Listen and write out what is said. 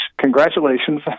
congratulations